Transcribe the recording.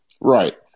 Right